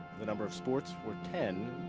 the number of sports were ten,